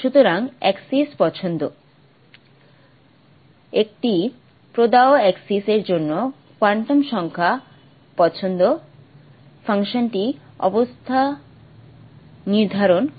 সুতরাং এক্সিস পছন্দ একটি প্রদত্ত এক্সিস এর জন্য কোয়ান্টাম সংখ্যা পছন্দ ফাংশনটি অবস্থা নির্ধারণ করে